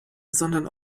sondern